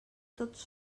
tots